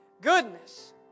goodness